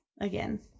Again